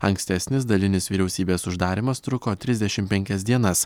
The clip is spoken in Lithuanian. ankstesnis dalinis vyriausybės uždarymas truko trisdešimt penkias dienas